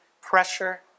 pressure